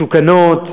מתוקנים,